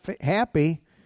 happy